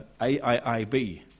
AIIB